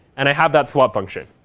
and i have that swap function.